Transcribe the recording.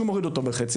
כשהוא מוריד אותו בחצי?